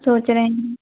सोच रहे हैं